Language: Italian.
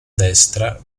destra